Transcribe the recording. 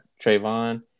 Trayvon